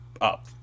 up